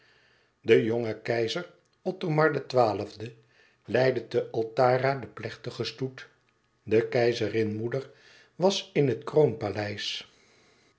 de jonge keizer othomar xii leidde te altara den plechtigen stoet de keizerin moeder was in het